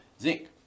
zinc